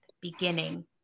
beginning